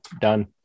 done